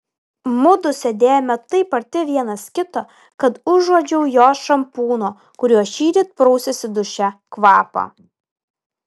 mudu sėdėjome taip arti vienas kito kad užuodžiau jos šampūno kuriuo šįryt prausėsi duše kvapą